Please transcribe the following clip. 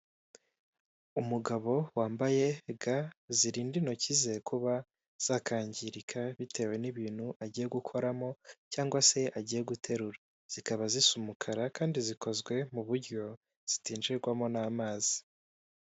Umugabo wambaye ga zirinda intoki ze kuba zakangirika bitewe n'ibintu agiye gukoramo cyangwa se agiye guterura, zikaba zisa umukara kandi zikozwe mu buryo zitinjirwamo n'amazi.